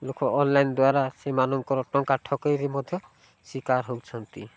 ଲୋକ ଅନଲାଇନ୍ ଦ୍ୱାରା ସେମାନଙ୍କର ଟଙ୍କା ଠକାଇରେ ମଧ୍ୟ ଶିକାର ହେଉଛନ୍ତି